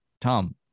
Tom